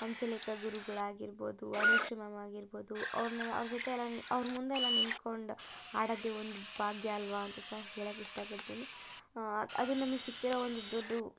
ಹಂಸಲೇಖ ಗುರುಗಳಾಗಿರ್ಬೊದು ಅನುಶ್ರೀ ಮ್ಯಾಮ್ ಆಗಿರ್ಬೊದು ಅವ್ರನ್ನೆಲ್ಲ ಅವರ ಜೊತೆಯೆಲ್ಲ ಅವರ ಮುಂದೆಯೆಲ್ಲ ನಿಂತ್ಕೊಂಡು ಹಾಡದೇ ಒಂದು ಭಾಗ್ಯ ಅಲ್ವಾ ಅಂತ ಸಹ ಹೇಳಕ್ಕೆ ಇಷ್ಟಪಡ್ತೀನಿ ಅದು ನಮ್ಗೆ ಸಿಕ್ಕಿರೋ ಒಂದು ದೊಡ್ಡ